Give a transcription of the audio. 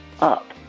up